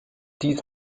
dies